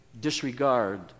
disregard